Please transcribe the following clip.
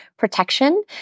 protection